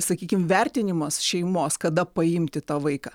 sakykim vertinimas šeimos kada paimti tą vaiką